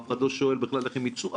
אף אחד לא שואל בכלל איך הם יצאו,